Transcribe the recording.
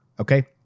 Okay